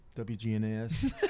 WGNS